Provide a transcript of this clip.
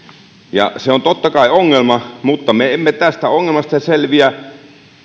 ja se on totta kai ongelma mutta me emme tästä ongelmasta selviä